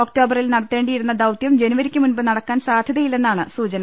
ഒക്ടോബറിൽ നടത്തേണ്ടിയിരുന്ന ദൌത്യം ജനുവരിക്കു മുൻപ് നടക്കാൻ സാധ്യതയില്ലെന്നാണ് സൂചന